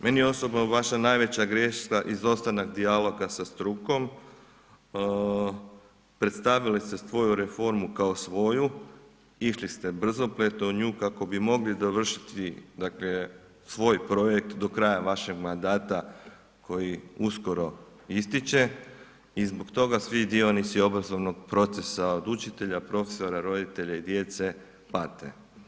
Meni osobno je vaša najveća greška izostanak dijaloga sa strukom, predstavili ste svoju reformu kao svoju, išli ste brzopleto u nju kako bi mogli dovršiti dakle svoj projekt do kraja vašeg mandata koji uskoro ističe i zbog toga svi dionici obrazovnog procesa od učitelja, profesora, roditelja i djece pate.